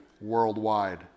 worldwide